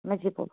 ଆମେ ଯିବୁ